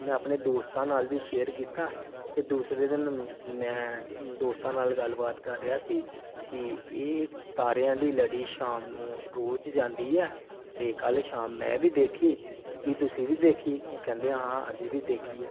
ਮੈਂ ਆਪਣੇ ਦੋਸਤਾਂ ਨਾਲ ਵੀ ਸ਼ੇਅਰ ਕੀਤਾ ਅਤੇ ਦੂਸਰੇ ਦਿਨ ਮੈਂ ਦੋਸਤਾਂ ਨਾਲ ਗੱਲਬਾਤ ਕਰ ਰਿਹਾ ਸੀ ਕਿ ਇਹ ਤਾਰਿਆਂ ਦੀ ਲੜੀ ਸ਼ਾਮ ਨੂੰ ਰੋਜ਼ ਜਾਂਦੀ ਹੈ ਅਤੇ ਕੱਲ੍ਹ ਸ਼ਾਮ ਮੈਂ ਵੀ ਦੇਖੀ ਕੀ ਤੁਸੀਂ ਵੀ ਦੇਖੀ ਉਹ ਕਹਿੰਦੇ ਹਾਂ ਅਸੀਂ ਵੀ ਦੇਖੀ ਹੈ